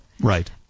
Right